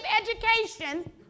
education